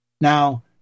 Now